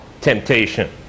temptation